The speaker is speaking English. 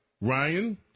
Ryan